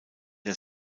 der